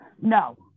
No